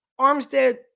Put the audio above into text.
Armstead